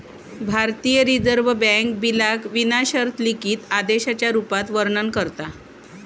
भारतीय reserve bank बिलाक विना शर्त लिखित आदेशाच्या रुपात वर्णन करता